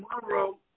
tomorrow